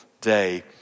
day